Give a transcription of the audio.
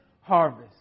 harvest